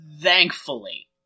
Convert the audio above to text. Thankfully